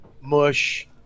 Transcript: Mush